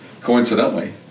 coincidentally